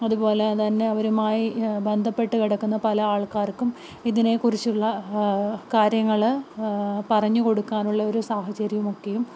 അതുപോലെ തന്നെ അവരുമായി ബന്ധപ്പെട്ട് കിടക്കുന്ന പല ആൾക്കാർക്കും ഇതിനെക്കുറിച്ചുള്ള കാര്യങ്ങൾ പറഞ്ഞു കൊടുക്കാനുള്ള ഒരു സാഹചര്യം ഒക്കെയും